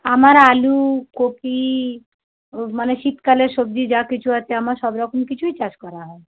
আমার আলু কপি মানে শীতকালের সবজি যা কিছু আছে আমার সব রকম কিছুই চাষ করা হয়